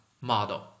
model